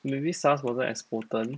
maybe SARS wasn't as potent